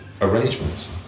arrangements